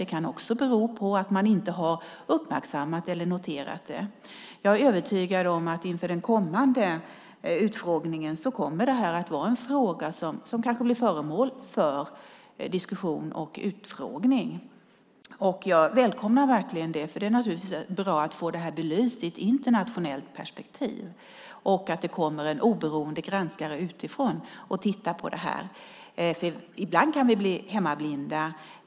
Det kan också bero på att man inte har uppmärksammat eller noterat det. Jag är övertygad om att inför den kommande utfrågningen kommer detta att vara en fråga som kanske blir föremål för diskussion och utfrågning. Jag välkomnar verkligen det. Det är bra att få det belyst i ett internationellt perspektiv och att det kommer en oberoende granskare utifrån och tittar på det. Ibland kan vi bli hemmablinda.